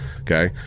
Okay